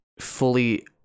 fully